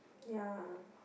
ya